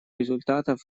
результатов